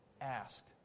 Ask